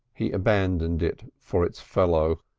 he abandoned it for its fellow.